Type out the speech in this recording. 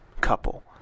couple